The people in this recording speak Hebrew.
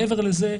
מעבר לזה,